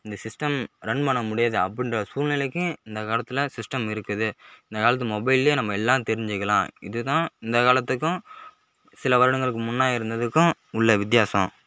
இந்த system run பண்ணமுடியாது அப்படின்ற சூழ்நிலைக்கு இந்த காலத்தில் சிஸ்டம் இருக்குது இந்தக்காலத்து மொபைல்ல நம்ம எல்லாம் தெரிஞ்சுக்கலாம் இதுதான் இந்த காலத்துக்கும் சில வருடங்களுக்கு முன்னே இருந்ததுக்கும் உள்ள வித்தியாசம்